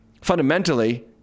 Fundamentally